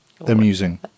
Amusing